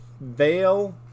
Veil